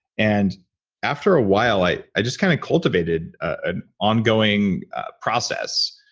and after a while, i i just kind of cultivated an ongoing process.